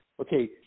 okay